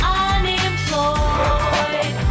unemployed